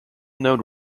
known